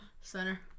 Center